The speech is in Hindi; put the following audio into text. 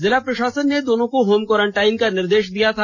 जिला प्रषासन ने दोनों को होम क्वारंटाइन का निर्देष दिया था